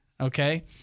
okay